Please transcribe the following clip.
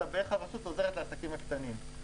אלא איך הרשות עוזרת לעסקים קטנים.